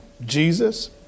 Jesus